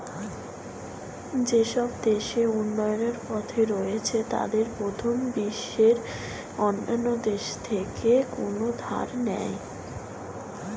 যেসব দেশ উন্নয়নের পথে রয়েছে তাদের প্রথম বিশ্বের অন্যান্য দেশ থেকে কোনো ধার নেই